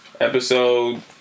Episode